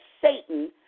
Satan